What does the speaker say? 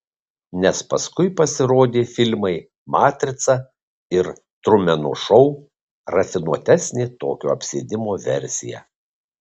nes paskui pasirodė filmai matrica ir trumeno šou rafinuotesnė tokio apsėdimo versija